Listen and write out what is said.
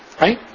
Right